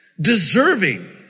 Deserving